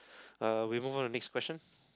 uh we move on to the next question